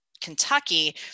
Kentucky